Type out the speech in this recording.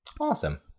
Awesome